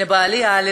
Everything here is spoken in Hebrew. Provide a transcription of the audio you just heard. לבעלי אלכס,